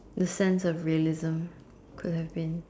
the sense of realism could have been